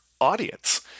audience